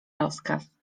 rozkaz